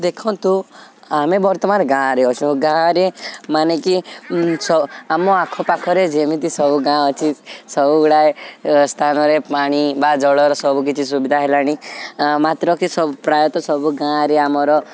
ଦେଖନ୍ତୁ ଆମେ ବର୍ତ୍ତମାନ ଗାଁରେ ଅଛୁ ଗାଁରେ ମାନେ କି ଆମ ଆଖପଖରେ ଯେମିତି ସବୁ ଗାଁ ଅଛି ସବୁଗୁଡ଼ାଏ ସ୍ଥାନରେ ପାଣି ବା ଜଳର ସବୁକିଛି ସୁବିଧା ହେଲାଣି ମାତ୍ର କି ସବୁ ପ୍ରାୟତଃ ସବୁ ଗାଁରେ ଆମର